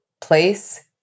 place